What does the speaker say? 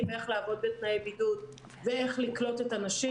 איך לעבוד בתנאי בידוד ואיך לקלוט את הנשים.